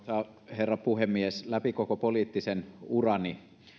herra puhemies läpi koko poliittisen urani